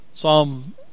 Psalm